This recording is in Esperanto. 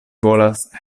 volas